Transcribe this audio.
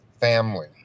family